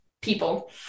people